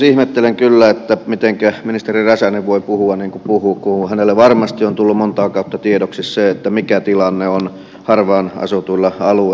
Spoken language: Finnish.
ihmettelen kyllä mitenkä ministeri räsänen voi puhua niin kuin puhuu kun hänelle varmasti on tullut montaa kautta tiedoksi se mikä tilanne on harvaan asutuilla alueilla